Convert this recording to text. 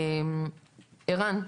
ערן בבקשה.